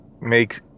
make